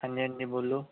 ਹਾਂਜੀ ਹਾਂਜੀ ਬੋਲੋ